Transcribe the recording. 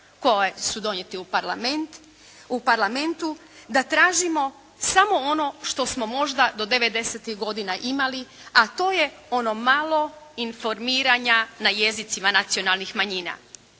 koji su donijeti u Parlamentu, da tražimo samo ono što smo možda do '90.-ih godina imali, a to je ono malo informiranja na jezicima nacionalnih manjina.